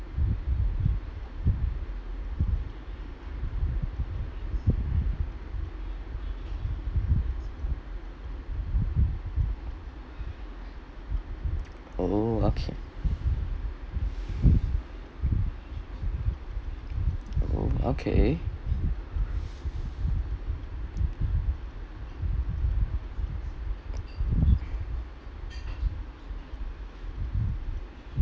oh okay oh okay